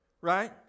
right